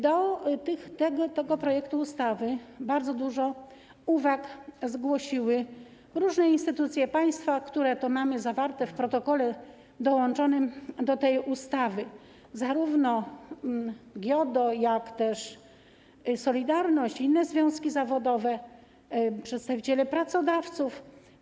Do projektu ustawy bardzo dużo uwag zgłosiły różne instytucje państwa - mamy je zawarte w protokole dołączonym do tej ustawy - zarówno GIODO, jak i „Solidarność” i inne związki zawodowe, przedstawiciele pracodawców.